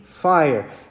fire